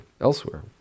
elsewhere